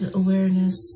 awareness